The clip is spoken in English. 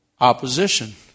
opposition